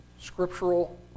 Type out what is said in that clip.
scriptural